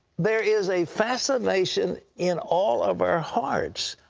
there is a fascination in all of our hearts.